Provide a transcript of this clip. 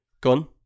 gone